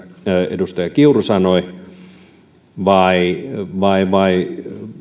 edustaja kiuru sanoi vai